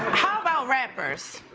how about rappers?